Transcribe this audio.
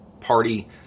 Party